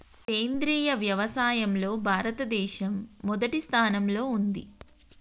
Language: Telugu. సేంద్రియ వ్యవసాయంలో భారతదేశం మొదటి స్థానంలో ఉంది